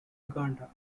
uganda